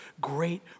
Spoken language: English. great